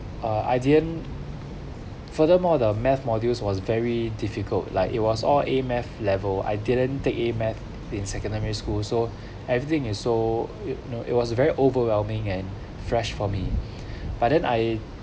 uh I didn't furthermore the math modules was very difficult like it was all A math level I didn't take A math in secondary school so everything is so you know it was very overwhelming and fresh for me but then I